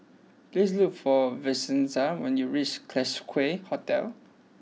please look for Vincenza when you reach Classique Hotel